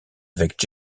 avec